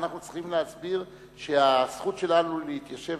אנחנו צריכים להסביר שהזכות שלנו להתיישב